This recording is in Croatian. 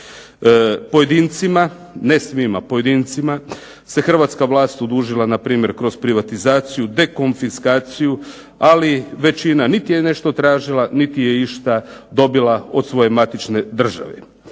Pojedincima, ne svima, pojedincima se hrvatska vlast odužila npr. kroz privatizaciju, dekonfiskaciju, ali većina niti je nešto tražila, niti je išta tražila od svoje matične države.